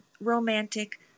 romantic